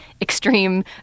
extreme